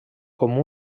com